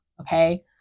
okay